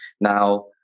now